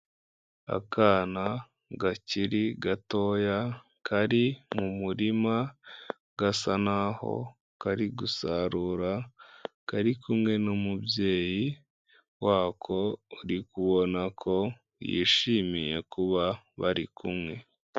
Akana kakiri gatoya kari mu murima, gasa naho kari gusarura, kari kumwe n'umubyeyi wako urikubona ko yishimiye kuba bari kumwe.